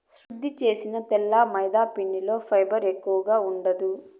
శుద్ది చేసిన తెల్ల మైదాపిండిలో ఫైబర్ ఎక్కువగా ఉండదు